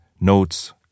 notes